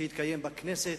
שהתקיים בכנסת,